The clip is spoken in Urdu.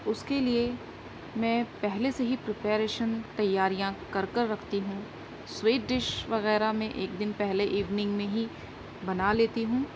اس کے لیے میں پہلے سے ہی پریپریشن تیاریاں کر کر رکھتی ہوں سویٹ ڈش وغیرہ میں ایک دن پہلے ایوننگ میں ہی بنا لیتی ہوں